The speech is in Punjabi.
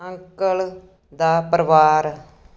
ਅੰਕਲ ਦਾ ਪਰਿਵਾਰ